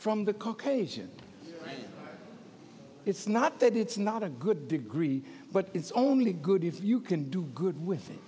from the caucasian it's not that it's not a good degree but it's only good if you can do good with it